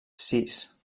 sis